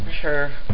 Sure